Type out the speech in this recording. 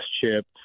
chip